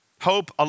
Hope